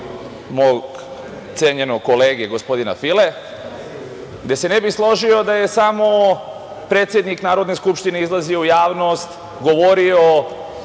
mog cenjenog kolege gospodina File, gde se ne bih složio da je samo predsednik Narodne skupštine izlazio u javnost, govorio